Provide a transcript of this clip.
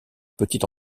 petite